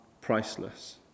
priceless